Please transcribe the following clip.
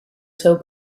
seu